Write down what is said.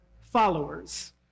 followers